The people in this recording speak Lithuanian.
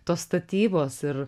tos statybos ir